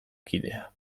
kidea